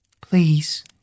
Please